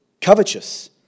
covetous